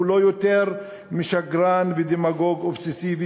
הוא לא יותר משקרן ודמגוג אובססיבי,